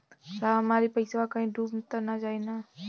साहब हमार इ पइसवा कहि डूब त ना जाई न?